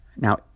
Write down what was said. Now